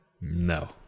No